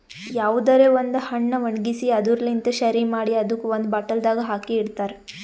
ಯಾವುದರೆ ಒಂದ್ ಹಣ್ಣ ಒಣ್ಗಿಸಿ ಅದುರ್ ಲಿಂತ್ ಶೆರಿ ಮಾಡಿ ಅದುಕ್ ಒಂದ್ ಬಾಟಲ್ದಾಗ್ ಹಾಕಿ ಇಡ್ತಾರ್